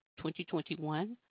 2021